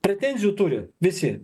pretenzijų turi visi